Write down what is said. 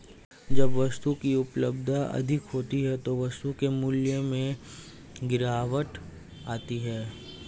जब वस्तु की उपलब्धता अधिक होती है तो वस्तु के मूल्य में गिरावट आती है